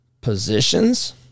positions